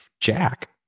Jack